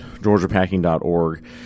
georgiapacking.org